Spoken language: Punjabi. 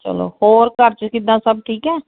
ਚਲੋ ਹੋਰ ਘਰ 'ਚ ਕਿੱਦਾਂ ਸਭ ਠੀਕ ਹੈ